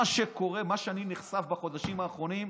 מה שאני נחשף לו בחודשים האחרונים,